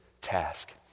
task